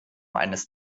eines